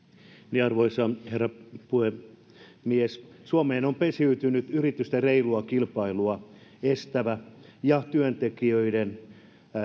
arvoisa herra puhemies suomeen on pesiytynyt yritysten reilua kilpailua estävä ja työntekijöiden